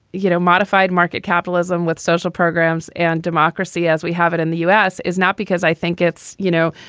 you know, modified market capitalism with social programs and democracy as we have it in the u s. is not because i think it's, you know,